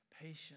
patience